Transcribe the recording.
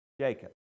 Jacob